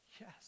yes